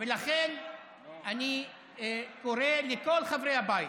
ולכן אני קורא לכל חברי הבית,